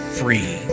free